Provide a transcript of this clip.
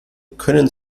können